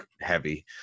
heavy